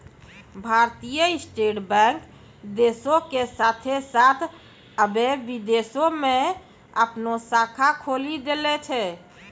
भारतीय state bank देशो के साथे साथ अबै विदेशो मे अपनो शाखा खोलि देले छै